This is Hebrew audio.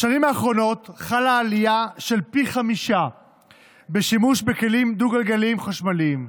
בשנים האחרונות חלה עלייה של פי חמישה בשימוש בכלים דו-גלגליים חשמליים,